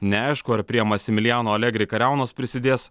neaišku ar prie masimilijano alegri kariaunos prisidės